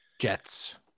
Jets